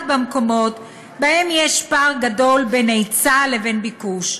במקומות שבהם יש פער גדול בין היצע לבין ביקוש.